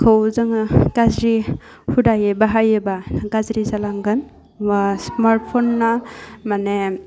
खौ जोङो गाज्रि हुदायै बाहायोबा गाज्रि जालांगोन मुवा स्मार्ट फना माने